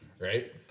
Right